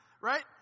right